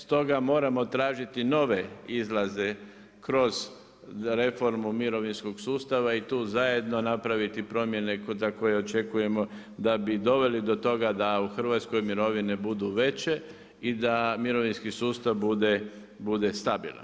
Stoga moramo tražiti nove izlaze kroz reformu mirovinskog sustava i tu zajedno napraviti promjene za koje očekujemo da bi doveli do toga da u Hrvatskoj mirovine budu veće i da mirovinski sustav bude stabilan.